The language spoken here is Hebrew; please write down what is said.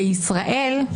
בישראל,